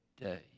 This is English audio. day